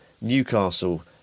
Newcastle